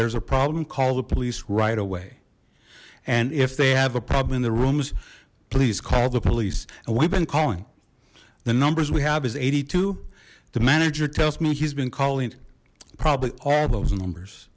there's a problem call the police right away and if they have a problem in the rooms please call the police and we've been calling the numbers we have is eighty two the manager tells me he's been calling probably all those numbers